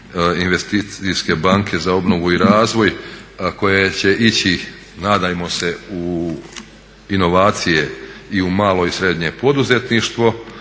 Investicijske banke za obnovu i razvoj koje će ići nadajmo se u inovacije i u malo i srednje poduzetništvo.